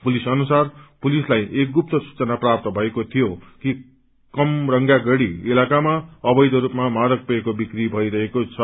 police अनुसार पुलिसलाई एक गुप्त सूचना प्राप्त भएको थियो कि कमरग्रगढ़ी इलाकामा अवैध रूपामा मादक पेयको विक्री भइरहेको छ